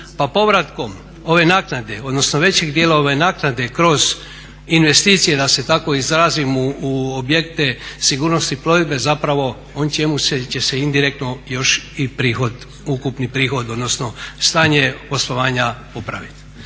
pa povratkom ove naknade, odnosno većeg dijela ove naknade kroz investicije da se tako izrazim u objekte sigurnosti plovidbe zapravo on će se indirektno još i prihod, ukupni prihod odnosno stanje poslovanja popraviti.